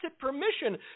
permission